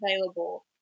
available